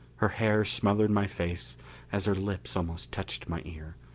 her hair smothered my face as her lips almost touched my ear.